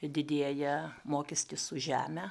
didėja mokestis už žemę